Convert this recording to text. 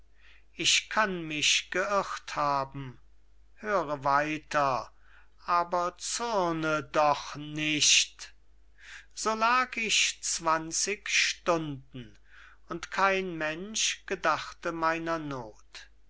ich kann mich geirrt haben höre weiter aber zürne doch nicht so lag ich zwanzig stunden und kein mensch gedachte meiner noth